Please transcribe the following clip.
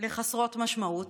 לחסרות משמעות,